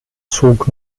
zog